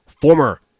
former